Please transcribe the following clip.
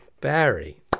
Barry